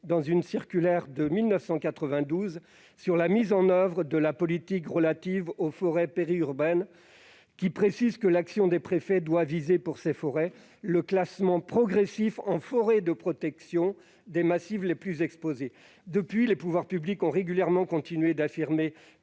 et de la forêt, sur la mise en oeuvre de la politique relative aux forêts périurbaines, qui précise que l'action des préfets doit viser, pour ces forêts, « le classement progressif en forêt de protection des massifs les plus exposés ». Depuis, les pouvoirs publics ont régulièrement continué d'affirmer